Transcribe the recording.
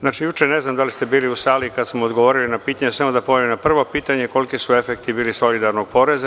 Znači, juče ne znam da li ste bili u sali kada smo odgovorili na pitanje, samo da pojasnim na prvo pitanje - koliki su efekti bili solidarnog poreza?